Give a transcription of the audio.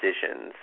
decisions